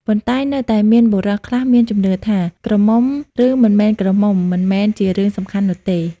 ប៉ុន្តែនៅតែមានបុរសខ្លះមានជំនឿថា ក្រមុំ ឬមិនមែនក្រមុំ មិនមែនជារឿងសំខាន់នោះទេ។